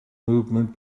movement